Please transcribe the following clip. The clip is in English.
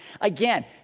Again